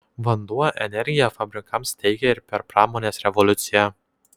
vanduo energiją fabrikams teikė ir per pramonės revoliuciją